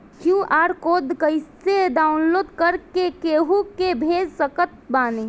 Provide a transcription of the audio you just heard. QR code कइसे download कर के केहु के भेज सकत बानी?